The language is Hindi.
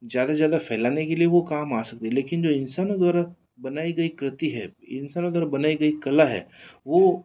ज़्यादा से ज़्यादा फ़ैलाने के लिए वो काम आ सकते लेकिन जो इंसानों द्वारा बनाई गई कृति है इंसानों द्वारा बनाई गई कला है वो